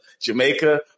Jamaica